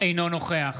אינו נוכח